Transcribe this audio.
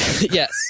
Yes